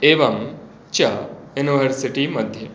एवं च युनिवर्सिटि मध्ये